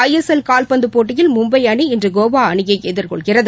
ஐ S L கால்பந்துபோட்டியில் மும்பைஅணி இன்றுகோவாஅணியைஎதிர்கொள்கிறது